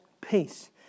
peace